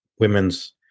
women's